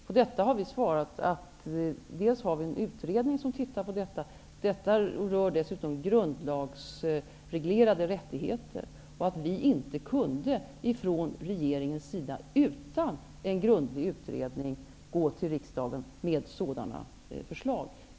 På detta har vi svarat dels att en utredning ser på saken, dels att detta rör grundlagsreglerade rättigheter och att regeringen inte utan en grundlig utredning kunde gå till riksdagen med sådana förslag.